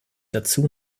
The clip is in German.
dazu